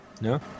No